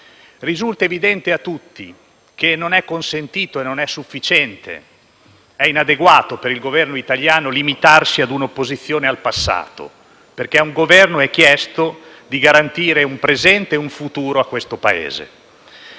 risulta evidente a tutti che non è consentito e non è sufficiente, è inadeguato per il Governo italiano limitarsi a una opposizione al passato, perché a un Governo è richiesto di garantire un presente e un futuro a questo Paese.